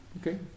Okay